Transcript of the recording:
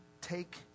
take